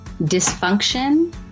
Dysfunction